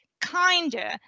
kinder